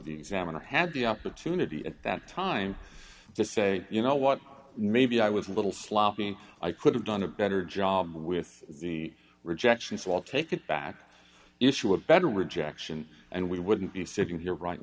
the examiner had the opportunity at that time to say you know what maybe i was a little sloppy i could have done a better job with the rejectionist law take it back issue a better rejection and we wouldn't be sitting here right